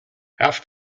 half